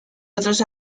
otros